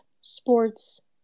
sports